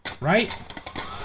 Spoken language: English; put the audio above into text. right